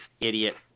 idiot